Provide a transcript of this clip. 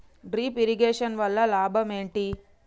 Drip irrigation వల్ల లాభం ఏంటి?